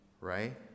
right